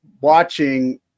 watching